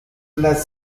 las